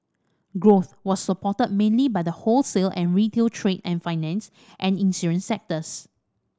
growth was supported mainly by the wholesale and retail trade and finance and insurance sectors